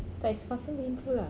but it's fucking painful lah